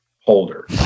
holder